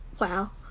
wow